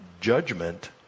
judgment